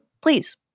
please